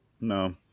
No